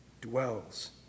dwells